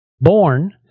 Born